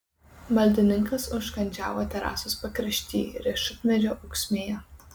maldininkas užkandžiavo terasos pakrašty riešutmedžio ūksmėje